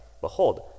Behold